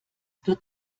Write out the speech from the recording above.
wird